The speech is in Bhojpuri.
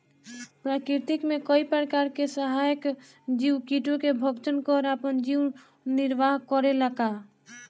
प्रकृति मे कई प्रकार के संहारक जीव कीटो के भक्षन कर आपन जीवन निरवाह करेला का?